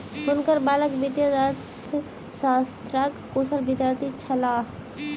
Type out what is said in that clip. हुनकर बालक वित्तीय अर्थशास्त्रक कुशल विद्यार्थी छलाह